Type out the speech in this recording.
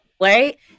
right